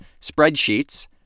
spreadsheets